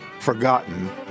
forgotten